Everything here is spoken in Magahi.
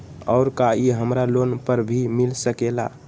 और का इ हमरा लोन पर भी मिल सकेला?